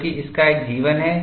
क्योंकि इसका एक जीवन है